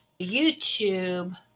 YouTube